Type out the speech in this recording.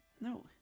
No